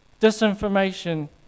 disinformation